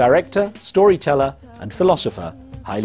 director storyteller and philosoph